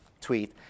tweet